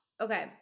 Okay